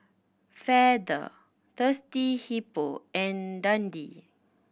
Feather Thirsty Hippo and Dundee